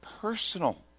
personal